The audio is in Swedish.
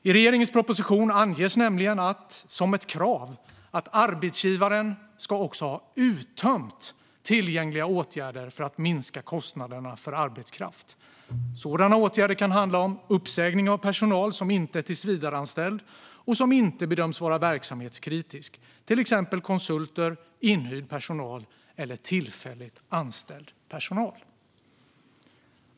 I regeringens proposition anges nämligen ett krav: "Arbetsgivaren ska också ha uttömt tillgängliga åtgärder för att minska kostnaderna för arbetskraft. Sådana åtgärder kan handla om . uppsägning av personal som inte är tillsvidareanställd och som inte bedöms vara verksamhetskritisk, t.ex. konsulter, inhyrd personal eller tillfälligt anställd personal."